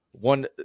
one